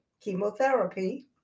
chemotherapy